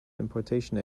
importation